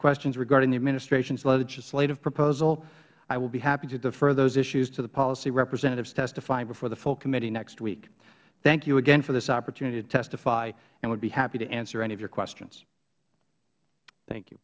questions regarding the administration's legislative proposal i will be happy to defer those issues to the policy representatives testifying before the full committee next week thank you again for this opportunity to testify and i would be happy to answer any of your questions